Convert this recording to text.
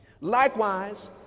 Likewise